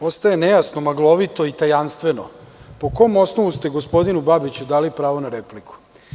Postaje nejasno, maglovito i tajanstveno po kom osnovu ste gospodinu Babiću dali pravo na repliku.